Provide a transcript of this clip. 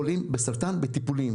גם כחקלאים וגם בתחומים אחרים.